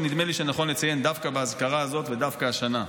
שנדמה לי שנכון לציין דווקא באזכרה הזאת ודווקא השנה.